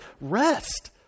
rest